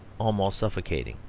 almost suffocating.